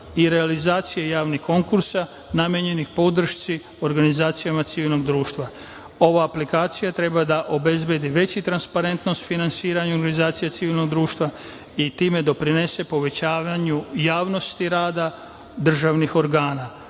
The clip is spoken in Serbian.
i realizacije javnih konkursa namenjenih podršci organizacijama civilnog društva. Ova aplikacija treba da obezbedi veću transparentnost u finansiranju organizacija civilnog društva i time doprinese povećavanju javnosti rada državnih organa.